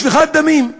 שפיכות דמים.